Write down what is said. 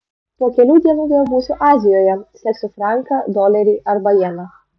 po kelių dienų vėl būsiu azijoje seksiu franką dolerį arba jeną